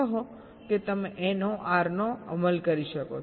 કહો કે તમે NOR નો અમલ કરી શકો છો